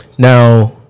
Now